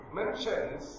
mentions